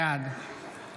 בעד